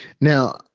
Now